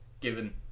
given